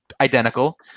identical